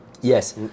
Yes